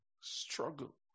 struggle